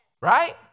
right